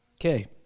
Okay